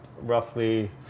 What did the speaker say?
roughly